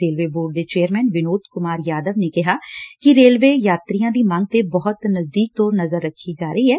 railway board ਦੇ chairman Vinod Kumar Yadav ਨੇ ਕਿਹਾ ਕਿ ਰੇਲਵੇ ਮੁਸਾਫ਼ਰਾਂ ਦੀ ਮੰਗ ਤੇ ਬਹੁਤ ਨਜ਼ਦੀਕ ਤੋ ਨਜ਼ਰ ਰੱਖ ਰਿਹੈ